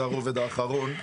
זה הרובד האחרון,